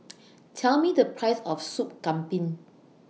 Tell Me The Price of Soup Kambing